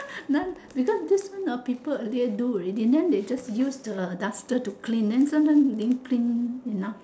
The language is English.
then because this one hor people earlier do already then they just use the duster to clean then sometime didn't clean enough